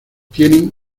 tienen